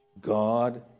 God